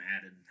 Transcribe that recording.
added